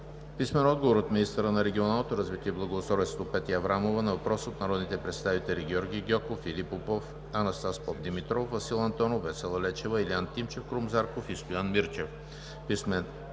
Гьоков; - министъра на регионалното развитие и благоустройството Петя Аврамова на въпрос от народните представители Георги Гьоков, Филип Попов, Анастас Попдимитров, Васил Антонов, Весела Лечева, Илиян Тимчев, Крум Зарков и Стоян Мирчев;